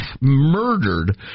murdered